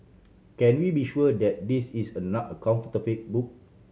can we be sure that this is a not a counterfeit book